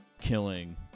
killing